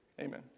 Amen